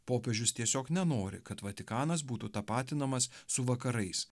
popiežius tiesiog nenori kad vatikanas būtų tapatinamas su vakarais